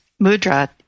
mudra